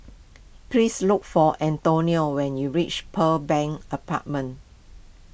please look for Antonia when you reach Pearl Bank Apartment